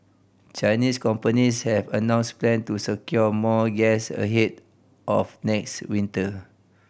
Chinese companies have announced plan to secure more gas ahead of next winter